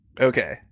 Okay